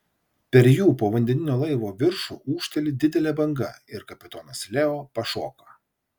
per jų povandeninio laivo viršų ūžteli didelė banga ir kapitonas leo pašoka